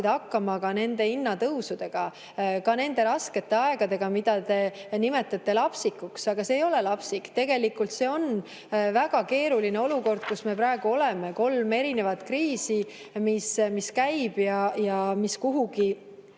hakkama ka nende hinnatõusudega, ka nende raskete aegadega. Te nimetate seda lapsikuks, aga see ei ole lapsik. Tegelikult see on väga keeruline olukord, kus me praegu oleme: kolm erinevat kriisi, mis käivad ja mis kuhugi